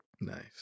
nice